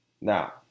Now